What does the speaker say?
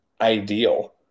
ideal